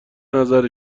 نظر